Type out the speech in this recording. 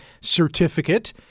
certificate